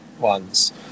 ones